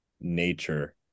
nature